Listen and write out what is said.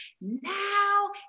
now